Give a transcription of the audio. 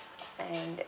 and